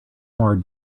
more